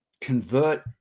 convert